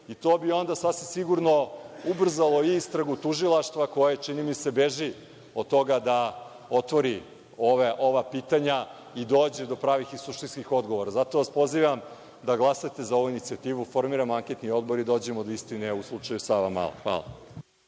i to bi onda sasvim sigurno ubrzalo istragu tužilaštva koja, čini mi se, beži od toga da otvori ova pitanja i da dođe do pravih i suštinskih odgovora. Zato vas pozivam da glasate za ovu inicijativu, da formiramo anketni odbor i da dođemo do istine u slučaju „Savamale“. Hvala.